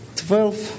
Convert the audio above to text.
twelve